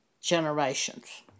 generations